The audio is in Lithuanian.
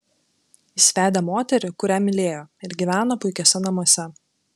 jis vedė moterį kurią mylėjo ir gyveno puikiuose namuose